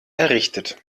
errichtet